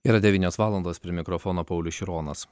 yra devynios valandos prie mikrofono paulius šironas